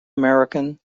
american